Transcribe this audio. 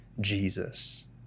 Jesus